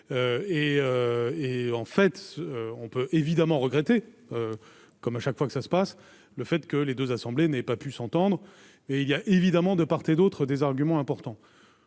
et en fait on peut évidemment regretter, comme à chaque fois que ça se passe, le fait que les 2 assemblées n'ait pas pu s'entendre mais il y a évidemment de part et d'autre des arguments importants,